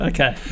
Okay